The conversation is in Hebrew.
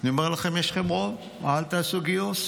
אני אומר לכם, יש לכם רוב, אל תעשו גיוס.